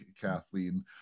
kathleen